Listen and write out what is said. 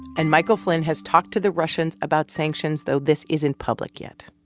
and michael flynn has talked to the russians about sanctions, though this isn't public yet.